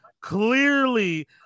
clearly